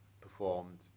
performed